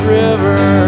river